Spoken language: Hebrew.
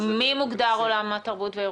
מי מוגדר עולם התרבות והאירועים?